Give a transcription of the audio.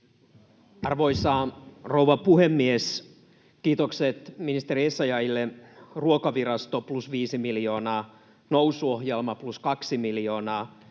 Arvoisa rouva puhemies! Kiitokset ministeri Essayahille. Ruokavirastolle plus 5 miljoonaa, Nousu-ohjelmalle plus 2 miljoonaa,